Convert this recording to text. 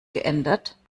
geändert